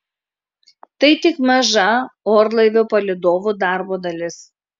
tai tik maža orlaivio palydovų darbo dalis